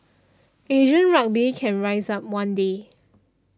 Asian rugby can rise up one day